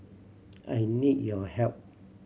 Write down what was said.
I need your help